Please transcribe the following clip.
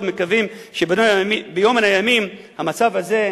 מאוד מקווים שביום מן הימים המצב הזה,